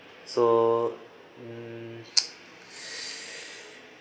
so mm